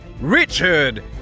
Richard